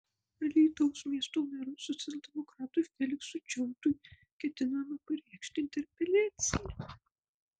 alytaus miesto merui socialdemokratui feliksui džiautui ketinama pareikšti interpeliaciją